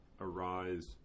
arise